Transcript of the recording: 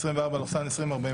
פ/2049/24,